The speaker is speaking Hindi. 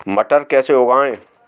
मटर कैसे उगाएं?